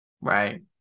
Right